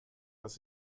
dass